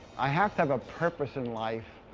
i have to have a purpose in life.